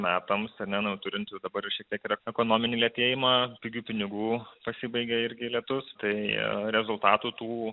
metams neturinti dabar šitiek ekonominį lėtėjimą pigių pinigų pasibaigė irgi lietus tai ir rezultatų